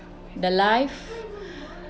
the life